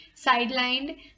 sidelined